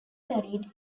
married